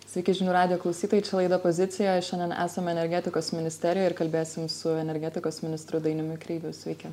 sveiki žinių radijo klausytojai čia laida pozicija šiandien esame energetikos ministerijoj ir kalbėsim su energetikos ministru dainiumi kreiviu sveiki